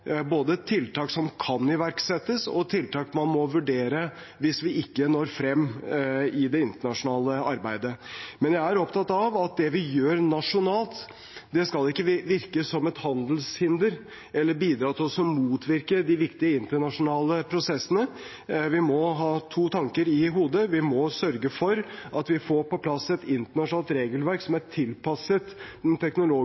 både tiltak som kan iverksettes, og tiltak man må vurdere hvis vi ikke når frem i det internasjonale arbeidet. Men jeg er opptatt av at det vi gjør nasjonalt, ikke skal virke som et handelshinder eller bidra til å motvirke de viktige internasjonale prosessene. Vi må ha to tanker i hodet. Vi må sørge for at vi får på plass et internasjonalt regelverk